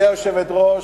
היושבת-ראש,